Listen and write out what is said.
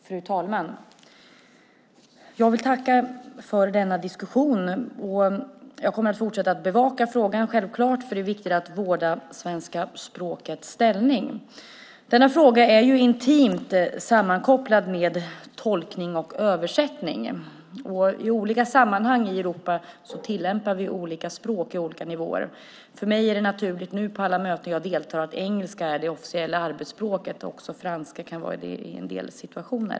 Fru talman! Jag vill tacka för denna diskussion. Jag kommer självklart att fortsätta att bevaka frågan, eftersom det är viktigt att vårda svenska språkets ställning. Denna fråga är intimt sammanknippad med tolkning och översättning. I olika sammanhang i Europa använder vi olika språk på olika nivåer. För mig är det naturligt nu på alla möten jag deltar i att engelska är det officiella arbetsspråket och också franska i en del situationer.